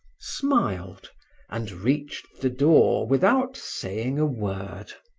smiled and reached the door without saying a word.